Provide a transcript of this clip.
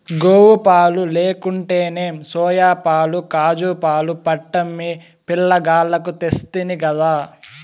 గోవుపాలు లేకుంటేనేం సోయాపాలు కాజూపాలు పట్టమ్మి పిలగాల్లకు తెస్తినిగదా